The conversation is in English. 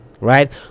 right